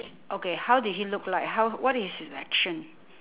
okay how did he look like how what is his action